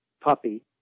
puppy